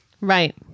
Right